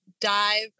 dive